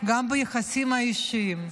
גם ביחסים האישיים,